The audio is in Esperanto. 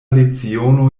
leciono